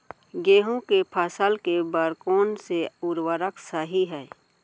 गेहूँ के फसल के बर कोन से उर्वरक सही है?